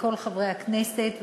לכל חברי הכנסת,